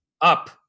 up